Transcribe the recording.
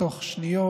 בתוך שניות,